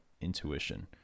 intuition